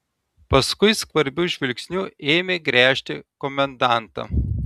paskui skvarbiu žvilgsniu ėmė gręžti komendantą